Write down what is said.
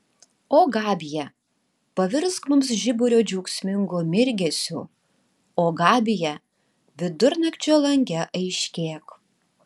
o gabija pavirsk mums žiburio džiaugsmingu mirgesiu o gabija vidurnakčio lange aiškėk